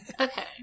Okay